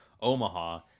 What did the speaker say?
Omaha